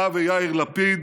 אתה ויאיר לפיד,